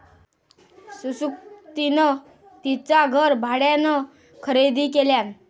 सुकृतीन तिचा घर भाड्यान खरेदी केल्यान